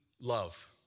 love